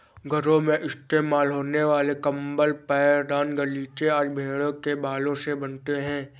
घरों में इस्तेमाल होने वाले कंबल पैरदान गलीचे आदि भेड़ों के बालों से बनते हैं